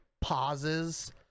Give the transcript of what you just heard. pauses